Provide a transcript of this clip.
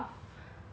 ya